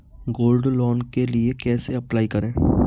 Gold loan के लिए कैसे अप्लाई करें?